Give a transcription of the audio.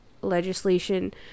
legislation